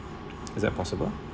is that possible